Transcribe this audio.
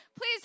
please